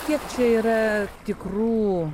kiek čia yra tikrų